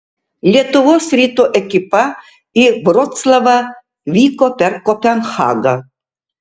lietuvos ryto ekipa į vroclavą vyko per kopenhagą